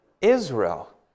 Israel